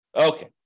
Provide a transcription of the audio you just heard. Okay